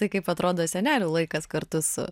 tai kaip atrodo senelių laikas kartu su